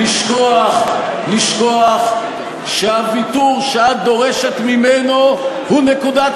לשכוח שהוויתור שאת דורשת ממנו הוא נקודת